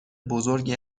بزرگی